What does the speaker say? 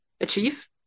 achieve